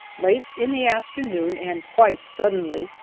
late in the afternoon, and quite suddenly,